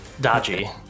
dodgy